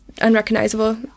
unrecognizable